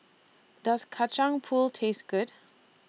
Does Kacang Pool Taste Good